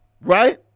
Right